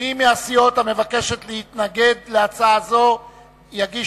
מי מהסיעות שמבקשת להתנגד להצעה זו תגיש